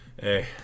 hey